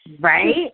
Right